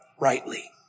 rightly